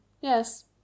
yes